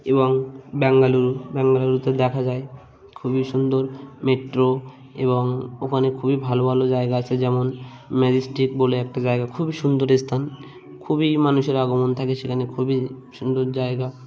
এবং বেঙ্গালুরু বেঙ্গালুরুতে দেখা যায় খুবই সুন্দর মেট্রো এবং ওখানে খুবই ভালো ভালো জায়গা আছে যেমন ম্যাজিস্টিক বলে একটা জায়গা খুবই সুন্দর স্থান খুবই মানুষের আগমন থাকে সেখানে খুবই সুন্দর জায়গা